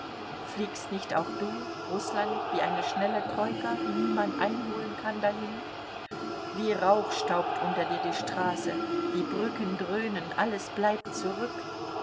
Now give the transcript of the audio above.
fliegst nicht auch du rußland wie eine schnelle troika die niemand einholen kann dahin wie rauch staubt unter dir die straße die brücken dröhnen alles bleibt zurück